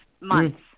months